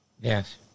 Yes